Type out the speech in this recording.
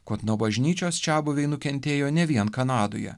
kad nuo bažnyčios čiabuviai nukentėjo ne vien kanadoje